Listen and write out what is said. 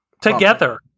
Together